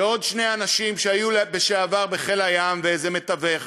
ועוד שני אנשים שהיו לשעבר בחיל הים ואיזה מתווך